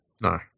no